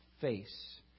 face